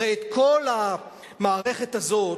הרי כל המערכת הזאת,